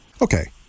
Okay